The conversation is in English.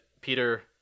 Peter